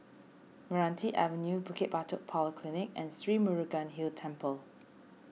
Meranti Avenue Bukit Batok Polyclinic and Sri Murugan Hill Temple